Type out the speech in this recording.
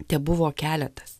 tebuvo keletas